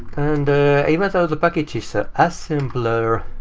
even though the package says assembler,